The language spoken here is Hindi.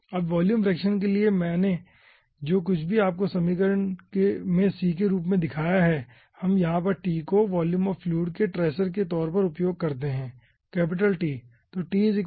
अब वॉल्यूम फ्रैक्शन के लिए जो कुछ भी मैंने आपको समीकरण में c के रूप में दिखाया है हम यहाँ पर t को वॉल्यूम ऑफ़ फ्लूइड के ट्रेसर के तौर पर उपयोग करते है कैपिटल T